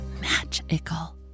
magical